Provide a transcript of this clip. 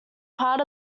part